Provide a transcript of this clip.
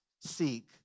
seek